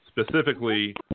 specifically